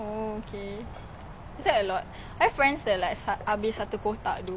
ya then kalau tak pinjam I don't understand the